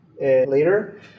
later